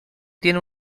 tiene